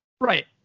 Right